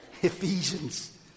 Ephesians